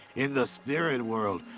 in the spirit world,